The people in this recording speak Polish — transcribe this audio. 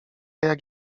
jak